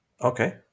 Okay